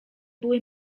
były